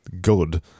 good